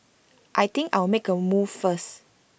I think I'll make A move first